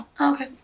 Okay